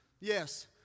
Yes